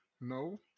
no